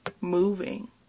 moving